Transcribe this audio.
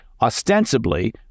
ostensibly